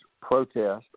protests